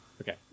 Okay